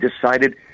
decided